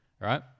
right